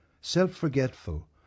self-forgetful